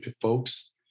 folks